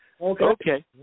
Okay